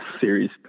series